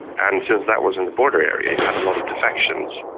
and since that was in the border area you had a lot of defections,